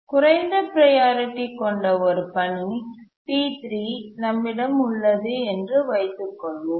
குறைந்த ப்ரையாரிட்டி கொண்ட ஒரு பணி T3 நம்மிடம் உள்ளது என்று வைத்துக்கொள்வோம்